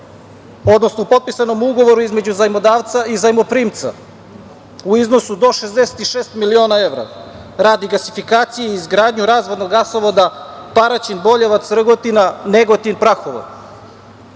odnosno u potpisanom ugovoru između zajmodavca i zajmoprimca, u iznosu do 66 miliona evra, radi gasifikacije i izgradnje razvodnog gasovoda, Paraćin Boljevac, Rgotina, Negotin Prahovo. Kredit